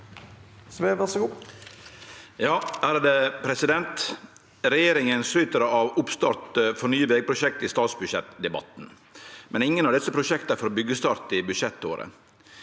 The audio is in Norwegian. Sve (FrP) «Regjeringa skryter av oppstart for nye vegprosjekt i statsbudsjettdebatten, men ingen av desse prosjekta får byggestart i budsjettåret.